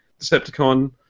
Decepticon